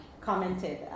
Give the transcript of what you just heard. commented